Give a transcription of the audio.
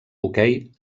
hoquei